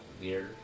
weird